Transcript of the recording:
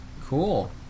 Cool